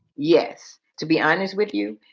yes. to be honest with you,